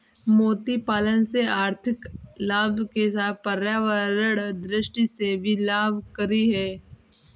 मोती पालन से आर्थिक लाभ के साथ पर्यावरण दृष्टि से भी लाभकरी है